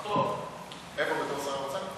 איפה, שר האוצר?